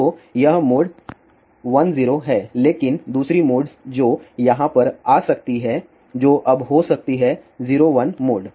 तो यह मोड 10 है लेकिन दूसरी मोड जो यहाँ पर आ सकती है जो अब हो सकती है 01 मोड